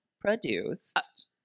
produced